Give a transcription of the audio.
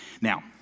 Now